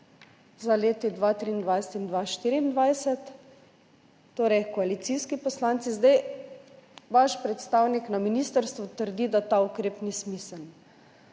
za leti 2023 in 2024, torej koalicijski poslanci, zdaj vaš predstavnik na ministrstvu trdi, da ta ukrep ni smiseln.